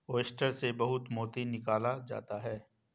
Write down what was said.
oyster से बहुत मोती निकाला जाता है